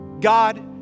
God